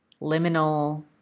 liminal